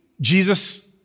Jesus